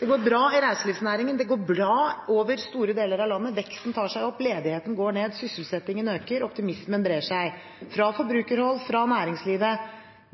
Det går bra i reiselivsnæringen. Det går bra over store deler av landet. Veksten tar seg opp. Ledigheten går ned. Sysselsettingen øker. Optimismen brer seg fra forbrukerhold, fra næringslivet.